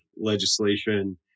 legislation